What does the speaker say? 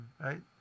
right